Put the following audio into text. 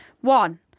One